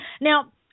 Now